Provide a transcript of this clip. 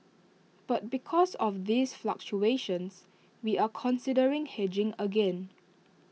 but because of these fluctuations we are considering hedging again